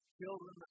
children